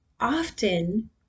often